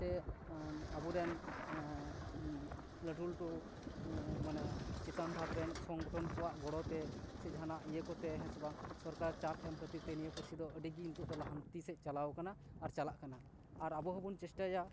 ᱥᱮ ᱟᱵᱚᱨᱮᱱ ᱞᱟᱹᱴᱩ ᱞᱟᱹᱴᱩ ᱢᱟᱱᱮ ᱪᱮᱛᱟᱱ ᱫᱷᱟᱯᱨᱮᱱ ᱥᱚᱝᱜᱚᱴᱷᱚᱱ ᱠᱚᱣᱟᱜ ᱜᱚᱲᱚ ᱛᱮ ᱥᱮ ᱡᱟᱦᱟᱱᱟᱜ ᱤᱭᱟᱹ ᱠᱚᱛᱮ ᱦᱮᱸᱥᱮ ᱵᱟᱝ ᱥᱚᱨᱠᱟᱨ ᱪᱟᱯ ᱮᱢ ᱠᱷᱟᱹᱛᱤᱨ ᱛᱮ ᱱᱤᱭᱟᱹ ᱯᱟᱹᱨᱥᱤ ᱫᱚ ᱟᱹᱰᱤ ᱜᱮ ᱱᱤᱛᱚᱜ ᱫᱚ ᱞᱟᱦᱟᱱᱛᱤ ᱥᱮᱫ ᱪᱟᱞᱟᱣ ᱟᱠᱟᱱᱟ ᱟᱨ ᱪᱟᱞᱟᱜ ᱠᱟᱱᱟ ᱟᱨ ᱟᱵᱚ ᱦᱚᱵᱚ ᱪᱮᱥᱴᱟᱭᱟ